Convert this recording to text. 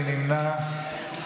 מי נמנע?